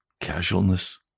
casualness